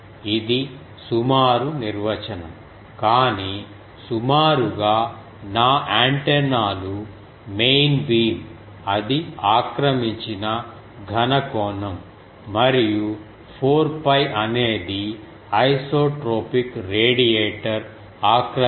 ఇది సుమారు నిర్వచనం కానీ సుమారుగా నా యాంటెనాలు మెయిన్ బీమ్ అది ఆక్రమించిన ఘన కోణం మరియు 4 𝜋 అనేది ఐసోట్రోపిక్ రేడియేటర్ ఆక్రమించిన మొత్తం ఘన కోణం